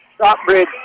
Stopbridge